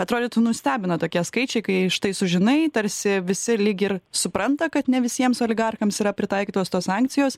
atrodytų nustebino tokie skaičiai kai štai sužinai tarsi visi lyg ir supranta kad ne visiems oligarchams yra pritaikytos tos sankcijos